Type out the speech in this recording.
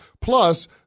Plus